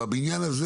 והבניין הזה